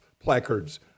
placards